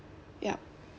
yup